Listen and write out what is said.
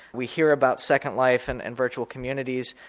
we hear about second life and and virtual communities.